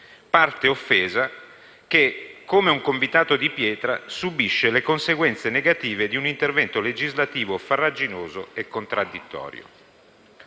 parte offesa, come un convitato di pietra, subisce le conseguenze negative di un intervento legislativo farraginoso e contraddittorio.